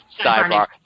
sidebar